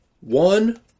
One